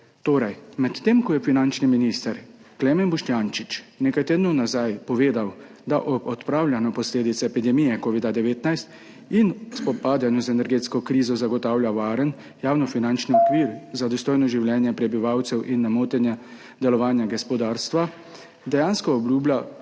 Torej, medtem ko je finančni minister Klemen Boštjančič nekaj tednov nazaj povedal, da ob odpravljanju posledic epidemije covida-19 in ob spopadanju z energetsko krizo zagotavlja varen javnofinančni okvir za dostojno življenje prebivalcev in nemoteno delovanje gospodarstva, dejansko obljublja